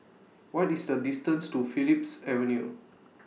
What IS The distance to Phillips Avenue